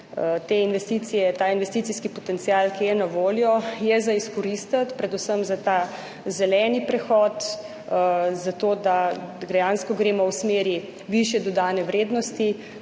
te investicije, ta investicijski potencial, ki je na voljo, je za izkoristiti predvsem za ta zeleni prehod, zato, da dejansko gremo v smeri višje dodane vrednosti,